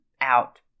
out